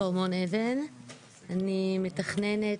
אני מתכננת,